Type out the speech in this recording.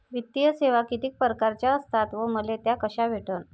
वित्तीय सेवा कितीक परकारच्या असतात व मले त्या कशा भेटन?